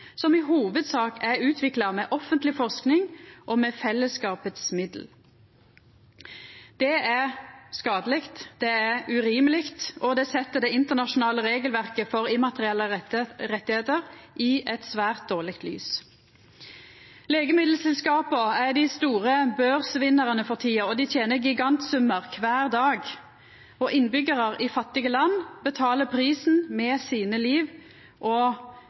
som i hovudsak er utvikla med offentleg forsking og med midlar frå fellesskapet. Det er skadeleg, det er urimeleg, og det set det internasjonale regelverket for immaterielle rettar i eit svært dårleg lys. Legemiddelselskapa er dei store børsvinnarane for tida. Dei tener gigantsummar kvar dag, og innbyggjarane i fattige land betaler prisen med sitt liv og